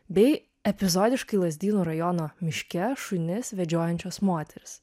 bei epizodiškai lazdynų rajono miške šunis vedžiojančios moterys